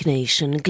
Nation